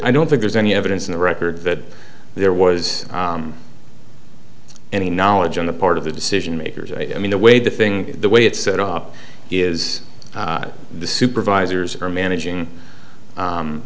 i don't think there's any evidence in the record that there was any knowledge on the part of the decision makers i mean the way the thing the way it's set up is the supervisors are managing